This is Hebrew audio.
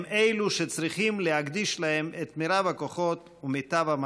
הם שצריך להקדיש להם את מרב הכוחות ומיטב המאמצים.